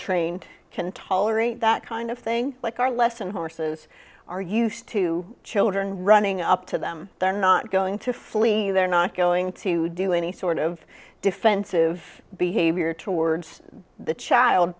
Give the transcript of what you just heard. trained can tolerate that kind of thing like our lesson horses are used to children running up to them they're not going to flee they're not going to do any sort of defensive behavior towards the child